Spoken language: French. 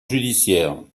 judiciaires